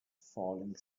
falling